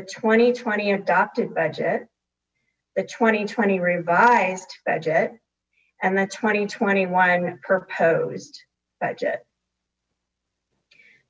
the twenty twenty adopted budget the twenty twenty revised budget and the twenty twenty one proposed budget